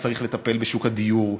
צריך לטפל בשוק הדיור,